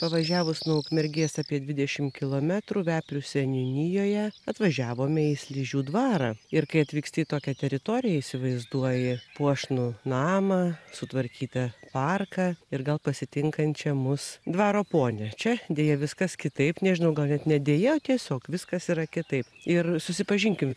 pavažiavus nuo ukmergės apie dvidešim kilometrų veprių seniūnijoje atvažiavome į sližių dvarą ir kai atvyksti į tokią teritoriją įsivaizduoji puošnų namą sutvarkytą parką ir gal pasitinkančią mus dvaro ponią čia deja viskas kitaip nežinau gal net ne deja o tiesiog viskas yra kitaip ir susipažinkim